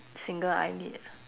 single eyelid ah